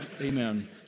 Amen